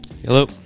Hello